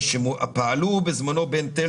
קווים 589 ו-588 שפעלו בזמנו בין תל